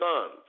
sons